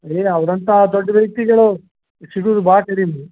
ಏಯ್ ಅವರಂಥ ದೊಡ್ಡ ವ್ಯಕ್ತಿಗಳು ಸಿಗೋದ್ ಭಾಳ ಕಡಿಮೆ